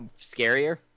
scarier